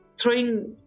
throwing